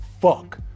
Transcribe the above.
fuck